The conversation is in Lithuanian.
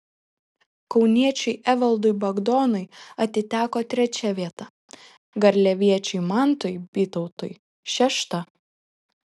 kauniečiui evaldui bagdonui atiteko trečia vieta garliaviečiui mantui bytautui šešta